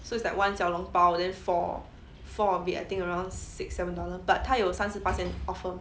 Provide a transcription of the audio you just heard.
so it's like one 小笼包 then four four will be I think around six seven dollars but 他有三十巴仙 off